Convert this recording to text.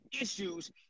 issues